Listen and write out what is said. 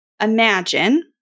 Imagine